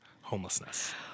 homelessness